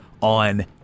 on